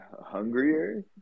hungrier